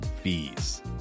fees